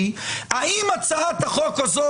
האם הצעת החוק הזו,